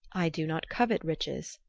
i do not covet riches,